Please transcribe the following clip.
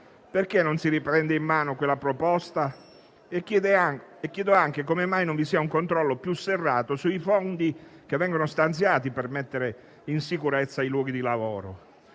perché non si riprende in mano quella proposta? Chiedo anche come mai non vi sia un controllo più serrato sui fondi che vengono stanziati per mettere in sicurezza i luoghi di lavoro.